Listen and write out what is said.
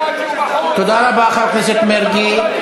תודה רבה, חבר הכנסת מרגי.